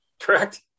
Correct